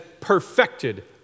perfected